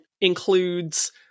includes